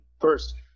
first